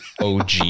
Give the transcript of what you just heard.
OG